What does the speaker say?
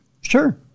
Sure